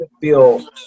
feel